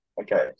okay